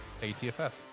ATFS